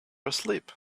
asleep